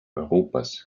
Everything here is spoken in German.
europas